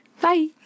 Bye